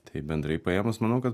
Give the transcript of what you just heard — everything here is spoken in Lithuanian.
tai bendrai paėmus manau kad